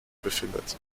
befindet